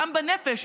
גם בנפש.